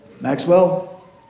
Maxwell